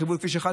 בחיבור לכביש 1,